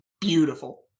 Beautiful